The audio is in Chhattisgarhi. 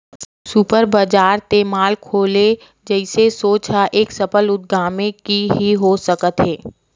सुपर बजार ते मॉल खोले जइसे सोच ह एक सफल उद्यमी के ही हो सकत हे